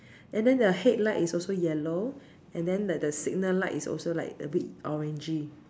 and then the headlight is also yellow and then like the signal light is also like a bit orangey